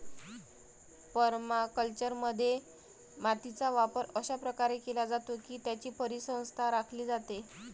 परमाकल्चरमध्ये, मातीचा वापर अशा प्रकारे केला जातो की त्याची परिसंस्था राखली जाते